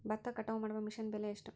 ಭತ್ತ ಕಟಾವು ಮಾಡುವ ಮಿಷನ್ ಬೆಲೆ ಎಷ್ಟು?